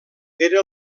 era